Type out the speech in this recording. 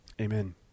Amen